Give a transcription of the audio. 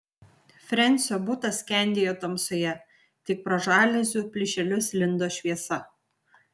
frensio butas skendėjo tamsoje tik pro žaliuzių plyšelius lindo šviesa